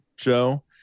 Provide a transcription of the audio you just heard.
show